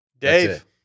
Dave